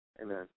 Amen